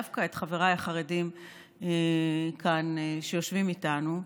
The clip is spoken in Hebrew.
דווקא את חבריי החרדים שיושבים כאן איתנו,